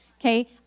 okay